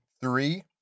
three